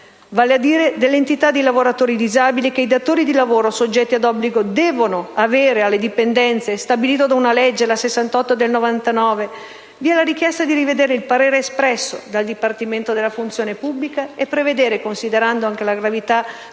vale a dire dell'entità di lavoratori disabili che i datori di lavoro soggetti ad obbligo devono avere alle dipendenze. È stabilito dalla legge n. 68 del 1999. Vi è la richiesta di rivedere il parere espresso dal Dipartimento della funzione pubblica e prevedere, considerando anche la gravità